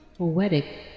Poetic